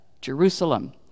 Jerusalem